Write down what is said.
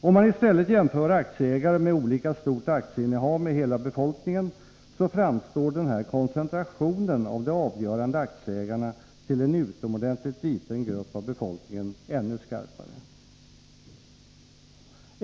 Om man i stället jämför aktieägare med olika stort aktieinnehav med hela befolkningen, framstår koncentrationen av det avgörande aktieägandet till en utomordentligt liten grupp av befolkningen ännu skarpare.